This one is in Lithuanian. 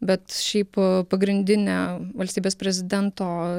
bet šiaip pagrindinė valstybės prezidento